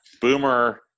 Boomer